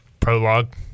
Prologue